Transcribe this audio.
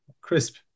crisp